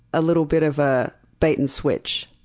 a little bit of a bait-and-switch,